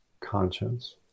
conscience